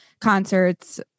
concerts